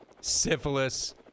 Syphilis